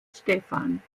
stephan